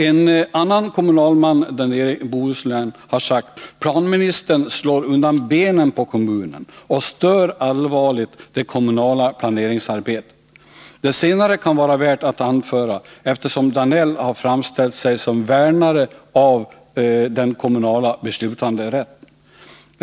En annan kommunalman där nere har sagt: Planministern slår undan benen på kommunen och stör allvarligt det kommunala planeringsarbetet. Det senare kan vara värt att anföra, eftersom Georg Danell har framställt sig som värnare av den kommunala beslutanderätten.